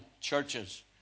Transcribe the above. churches